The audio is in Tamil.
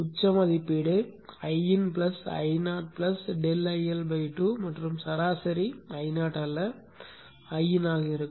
உச்ச மதிப்பீடு Iin Io ∆IL2 மற்றும் சராசரி Io அல்ல Iin ஆக இருக்கும்